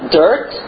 dirt